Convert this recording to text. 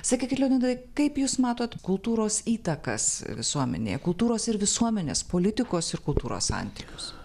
sakykit leonidai kaip jūs matot kultūros įtakas visuomenėje kultūros ir visuomenės politikos ir kultūros santykius